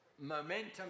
momentum